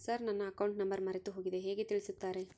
Sir ನನ್ನ account number ಮರೆತುಹೋಗಿದೆ ಹೇಗೆ ತಿಳಿಸುತ್ತಾರೆ?